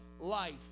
life